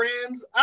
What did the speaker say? friends